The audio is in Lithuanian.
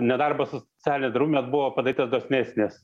nedarbo socialinis draudimas buvo padarytas dosnesnis